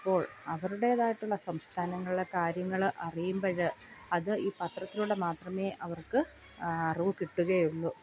അപ്പോൾ അവരുടേതായിട്ടുള്ള സംസ്ഥാനങ്ങളിലെ കാര്യങ്ങൾ അറിയുമ്പോൾ അത് ഈ പത്രത്തിലൂടെ മാത്രമേ അവർക്ക് അറിവ് കിട്ടുകയുള്ളൂ